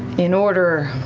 in order,